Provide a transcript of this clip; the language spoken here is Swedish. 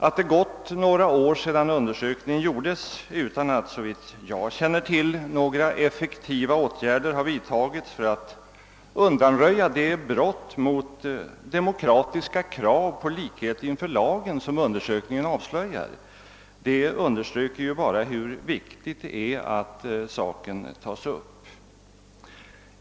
Att det gått några år sedan undersökningen gjordes utan att, såvitt jag känner till, några effektiva åtgärder har vidtagits för att undanröja det brott mot demokratiska krav på likhet inför Jlagen, som undersökningen avslöjar, understryker bara hur viktigt det är att saken tas upp.